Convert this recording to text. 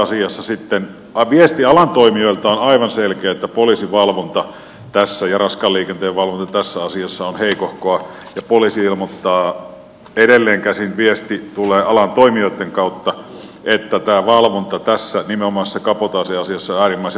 viesti alan toimijoilta on aivan selkeä että poliisivalvonta ja raskaan liikenteen valvonta tässä asiassa on heikohkoa ja poliisi ilmoittaa edelleenkäsin viesti tulee alan toimijoitten kautta että valvonta tässä nimenomaisessa kabotaasiasiassa on äärimmäisen vaikeata